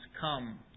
come